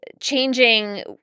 changing